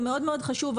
זה מאוד מאוד חשוב,